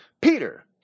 Peter